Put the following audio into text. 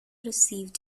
received